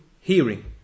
hearing